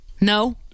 No